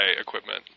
equipment